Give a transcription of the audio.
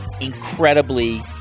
incredibly